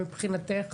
מבחינתך?